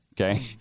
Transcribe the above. Okay